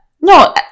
No